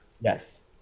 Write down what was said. yes